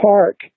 Park